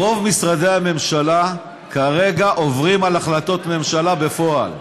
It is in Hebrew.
רוב משרדי הממשלה כרגע עוברים על החלטות הממשלה בפועל.